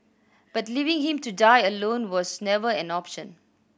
but leaving him to die alone was never an option